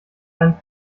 einen